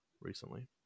recently